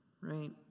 right